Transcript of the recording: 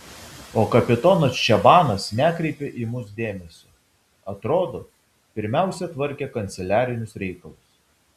o kapitonas čabanas nekreipė į mus dėmesio atrodo pirmiausia tvarkė kanceliarinius reikalus